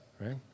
right